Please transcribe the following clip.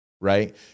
right